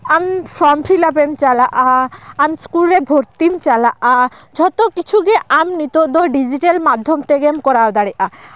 ᱟᱢ form fill up ᱮᱢ ᱪᱟᱞᱟᱜᱼᱟ ᱟᱢ ᱤᱥᱠᱩᱞ ᱨᱮ ᱵᱷᱚᱨᱛᱤᱢ ᱪᱟᱞᱟᱜᱼᱟ ᱡᱷᱚᱛᱚ ᱠᱤᱪᱷᱩ ᱜᱮ ᱟᱢ ᱱᱤᱛᱚᱜ ᱫᱚ ᱰᱤᱡᱤᱴᱮᱞ ᱢᱟᱫᱽᱫᱷᱚᱢ ᱛᱮᱜᱮᱢ ᱠᱚᱨᱟᱣ ᱫᱟᱲᱮᱭᱟᱜᱼᱟ